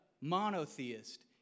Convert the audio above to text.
monotheist